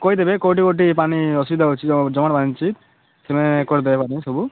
କହିଦେବେ କେଉଁଠି କେଉଁଠି ପାଣି ଅସୁବିଧା ହେଉଛି ଆଉ ଜମାଟ ବାନ୍ଧିଛି ସେମାନେ କରିଦେବେ ସବୁ